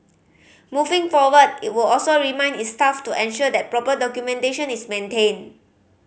moving forward it would also remind its staff to ensure that proper documentation is maintained